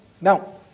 Now